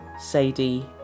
Sadie